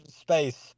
space